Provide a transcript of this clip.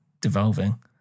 devolving